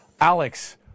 Alex